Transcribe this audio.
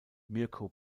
mirko